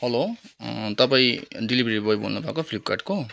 hello तपाईँ delivery boy बोल्नुभएको फ्लिपकार्टको